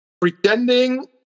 pretending